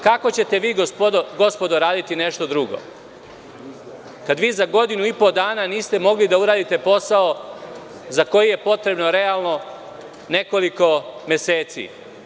Kako ćete vi, gospodo, raditi nešto drugo, kada vi za godinu i po dana niste mogli da uradite posao za koji je potrebno realno nekoliko meseci?